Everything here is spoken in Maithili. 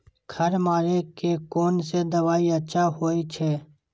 खर मारे के कोन से दवाई अच्छा होय छे?